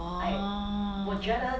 orh